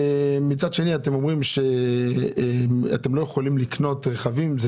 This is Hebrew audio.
מצד שני אתם אומרים שאתם לא יכולים לקנות רכבים ואני מבין שזה